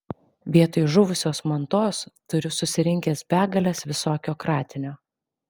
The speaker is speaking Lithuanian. vietoj žuvusios mantos turiu susirinkęs begales visokio kratinio